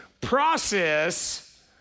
process